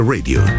Radio